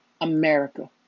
America